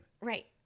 right